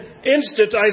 Instant